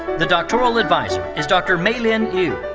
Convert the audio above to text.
the doctoral adviser is dr. may-lin yu.